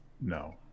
No